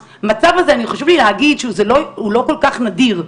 המצב הזה, חשוב לי להגיד, הוא לא כל כך נדיר.